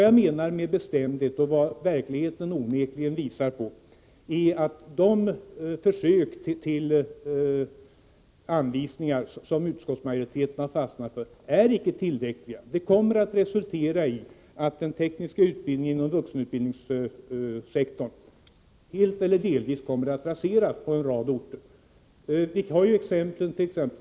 Jag menar alldeles bestämt — och det är vad verkligheten onekligen visar — att de försök till anvisningar som utskottsmajoriteten har fastnat för icke är tillräckliga. Det kommer att resultera i att den tekniska utbildningen inom vuxenutbildningssektorn helt eller delvis kommer att raseras på en rad orter. Vi har exempel på dettat.ex.